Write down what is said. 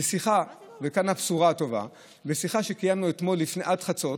וכאן הבשורה הטובה: בשיחה שקיימנו אתמול עד חצות,